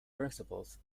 principles